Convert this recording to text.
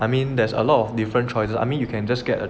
I mean there's a lot of different choices I mean you can just get a